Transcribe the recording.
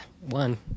One